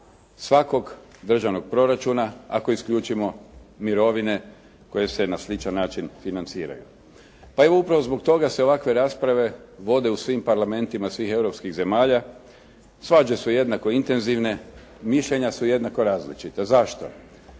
svakog državnog proračuna ako isključimo mirovine koje se na sličan način financiraju. Pa evo upravo zbog toga se ovakve rasprave vode u svim parlamentima svih europskih zemalja. Svađe su jednako intenzivne, mišljenja su jednako različita. Zašto?